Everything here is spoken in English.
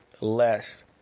less